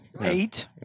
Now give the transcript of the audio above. eight